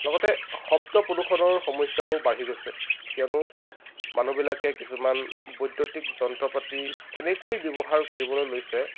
লগতে শব্দ প্ৰদূষণৰ সমস্যাও বাঢ়ি গৈছে কিয়নো মানুহবিলাকে কিছুমান বৈদ্যুতিক যন্ত্ৰ পাতি এনেকৈ ব্যৱহাৰ কৰিবলৈ লৈছে